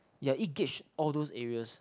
ya it gauge all those area